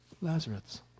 Lazarus